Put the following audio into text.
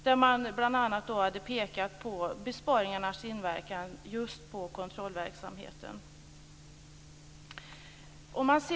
Man hade bl.a. pekat på besparingarnas inverkan just på kontrollverksamheten.